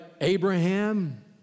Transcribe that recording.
Abraham